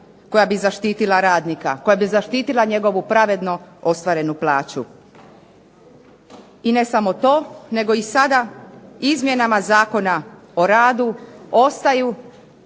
koja bi zaštitila radnika, koja bi zaštitila njegovu pravedno ostvarenu plaću. I ne samo to, nego i sada izmjenama Zakona o radu ostaju